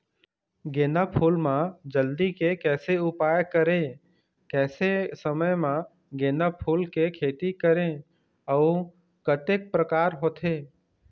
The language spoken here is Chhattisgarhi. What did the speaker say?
गेंदा फूल मा जल्दी के कैसे उपाय करें कैसे समय मा गेंदा फूल के खेती करें अउ कतेक प्रकार होथे?